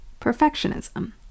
Perfectionism